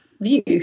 view